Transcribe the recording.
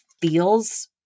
feels